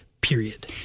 period